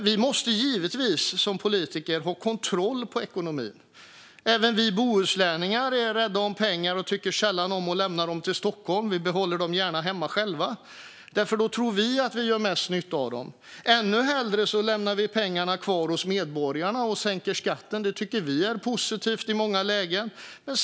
Som politiker måste vi givetvis ha kontroll på ekonomin. Även vi bohuslänningar är rädda om pengar och tycker sällan om att lämna dem till Stockholm. Vi behåller dem gärna hemma, för vi tror att vi har bäst nytta av dem. Ännu hellre lämnar vi kvar pengarna hos medborgarna och sänker skatten; det tycker vi är positivt i många lägen.